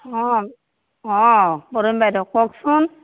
অ অ মদন বাইদেউ কওকচোন